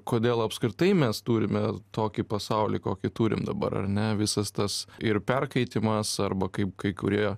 kodėl apskritai mes turime tokį pasaulį kokį turim dabar ar ne visas tas ir perkaitimas arba kaip kai kurie